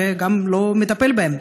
שגם לא מטפל בהם.